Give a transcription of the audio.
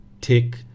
tick